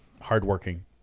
Hardworking